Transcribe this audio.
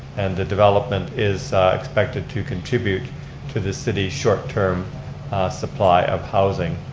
and the development is expected to contribute to the city's short term supply of housing.